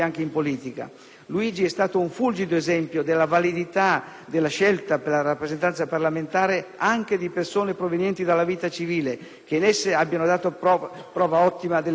Luigi è stato un fulgido esempio della validità della scelta per la rappresentanza parlamentare anche di persone provenienti dalla vita civile, che in essa abbiano dato ottima prova delle proprie capacità.